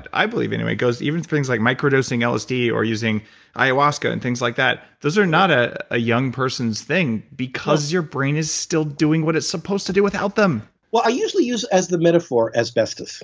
and i believe anyway, goes. even things like micro-dosing lsd or using iowaska and things like that, those are not a ah young person's thing. because your brain is still doing what it's supposed to do without them well, i usually use as the metaphor, asbestos